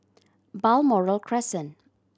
Balmoral Crescent